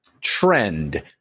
trend